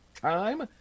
time